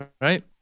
right